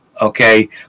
okay